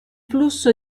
flusso